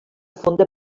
fonda